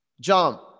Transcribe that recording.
jump